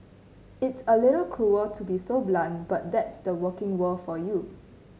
it's a little cruel to be so blunt but that's the working world for you